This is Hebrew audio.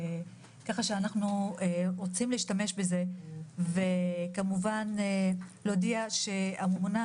כך שאנחנו רוצים להשתמש בזה וכמובן להודיע שהממונה